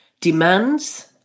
demands